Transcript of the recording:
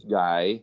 guy